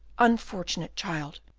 unfortunate child!